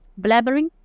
blabbering